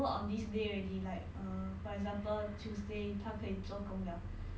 err 问了一些东西然后又 ghost him for like two three days